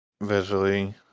visually